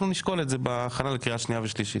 נשקול את זה בהכנה לקריאה שנייה ושלישית,